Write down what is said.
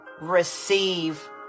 receive